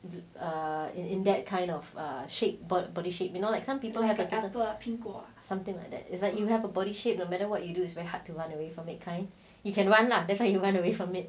the uh in in that kind of a shape body shape you know like some people have a body shape something like that it's like you have a body shape the matter what you do is very hard to run away from it kind you can run lah that's why you run away from it